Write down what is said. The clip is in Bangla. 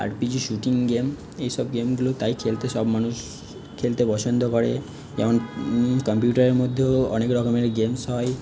আর পি জি শ্যুটিং গেম এই সব গেমগুলো তাই খেলতে সব মানুষ খেলতে পছন্দ করে যেমন কাম্পিউটারের মধ্যেও অনেক রকমের গেমস হয়